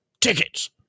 tickets